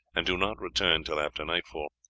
and do not return till after nightfall.